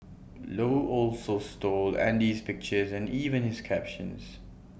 low also stole Andy's pictures and even his captions